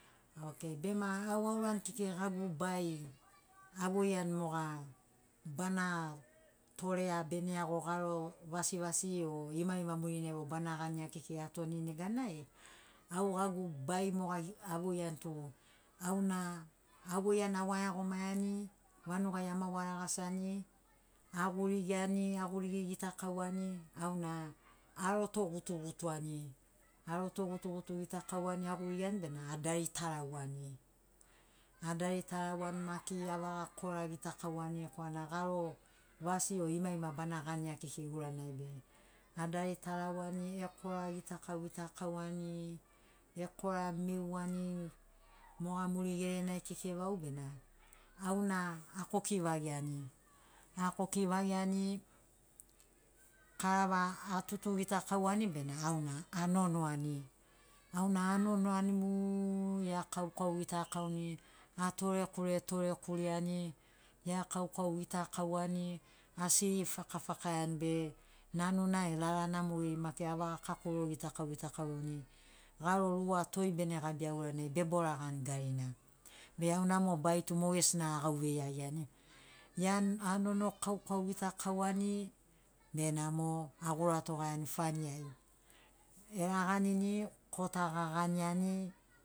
Okei bema au arani kekei gagu bai avoiani moga bana torea bene iago garo vasivasi o imaima murinai vau bana gania kekei atoni neganai au gagu bai moga avoiani tu auna avoiani auwae iagomani vanugai ama wa lagasiani agurigiani agurigi gitakauani auna aroto gutugutuani arotogutu gitakauani agurigiani bena adari tarauani adari tarauani maki avaga kora gitakauani korana garo vasi o imaima bana gania kekei uranai be adari tarauani ekora gitakau gitakauani ekora meuani moga muri gerenai kekei vau bena auna akoki vagiani akoki vagiani karava atutu gitakauani bena auna anonoani auna anonoani mu ea kaukau gitakauni atorekure torekureani eakaukau gitakauani asiri fakafakaiani be nanuna e lalana mogeri maki avaga kakoro gitakau gitakauni garo rua toi bene gabia uranai beboragani garina be auna mo bai tu mogesina agauvei iagiani ian anono kaukau gitakauani benamo aguratogaiani fani ai elaganini kota gaganiani